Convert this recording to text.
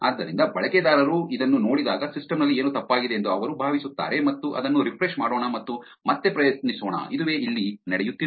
ಆದ್ದರಿಂದ ಬಳಕೆದಾರರು ಇದನ್ನು ನೋಡಿದಾಗ ಸಿಸ್ಟಮ್ ನಲ್ಲಿ ಏನೋ ತಪ್ಪಾಗಿದೆ ಎಂದು ಅವರು ಭಾವಿಸುತ್ತಾರೆ ಅದನ್ನು ರಿಫ್ರೆಶ್ ಮಾಡೋಣ ಮತ್ತು ಮತ್ತೆ ಪ್ರಯತ್ನಿಸೋಣ ಇದುವೇ ಇಲ್ಲಿ ನಡೆಯುತ್ತಿರುವುದು